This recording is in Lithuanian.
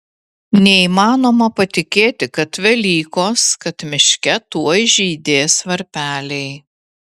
neįmanoma patikėti kad velykos kad miške tuoj žydės varpeliai